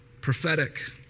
prophetic